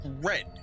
red